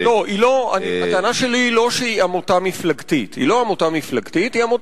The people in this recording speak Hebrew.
היא לא עמותה מפלגתית אלא עמותה פוליטית.